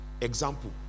Example